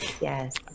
Yes